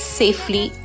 safely